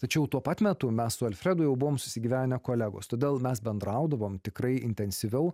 tačiau tuo pat metu mes su alfredu jau buvom susigyvenę kolegos todėl mes bendraudavom tikrai intensyviau